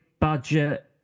budget